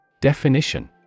Definition